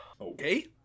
Okay